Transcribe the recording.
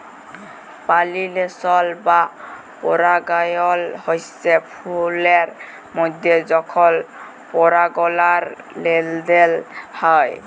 পালিলেশল বা পরাগায়ল হচ্যে ফুলের মধ্যে যখল পরাগলার লেলদেল হয়